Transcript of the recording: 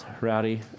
Rowdy